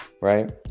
right